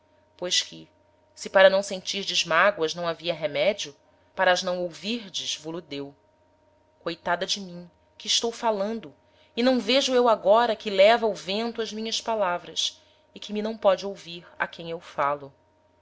pois que se para não sentirdes mágoas não havia remedio para as não ouvirdes vo lo deu coitada de mim que estou falando e não vejo eu agora que leva o vento as minhas palavras e que me não póde ouvir a quem eu falo